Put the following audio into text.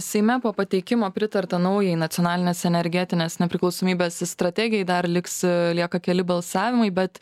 seime po pateikimo pritarta naujai nacionalinės energetinės nepriklausomybės strategijai dar liks lieka keli balsavimai bet